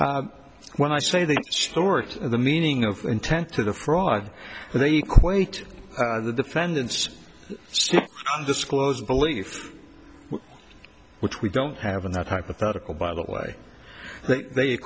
d when i say the storage the meaning of intent to the fraud and they equate the defendant's disclosed belief which we don't have in that hypothetical by the way they